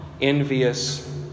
envious